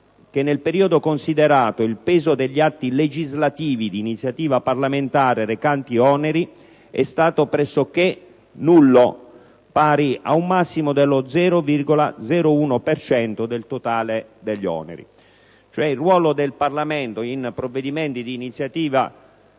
che nel periodo considerato il peso degli atti legislativi di iniziativa parlamentare recante oneri è stato pressoché nullo, pari a un massimo dello 0,01 per cento del totale degli oneri». Quindi, il peso dei provvedimenti di iniziativa